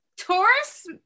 Taurus